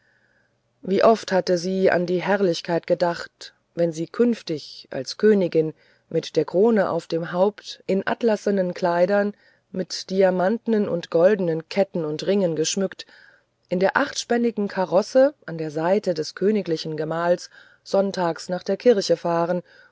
wie oft hatte sie an die herrlichkeit gedacht wenn sie künftig als königin mit der krone auf dem haupt in atlassenen kleidern mit diamantnen und goldnen ketten und ringen geschmückt in der achtspännigen karosse an der seite des königlichen gemahls sonntags nach der kirche fahren